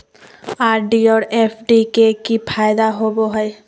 RD और FD के की फायदा होबो हइ?